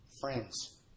friends